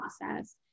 process